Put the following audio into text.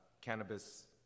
cannabis